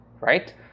Right